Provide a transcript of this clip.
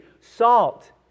salt